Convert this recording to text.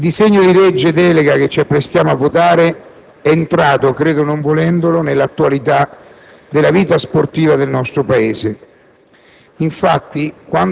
Pertanto, il voto della Lega Nord non può che essere contrario a questo provvedimento.